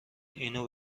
اینو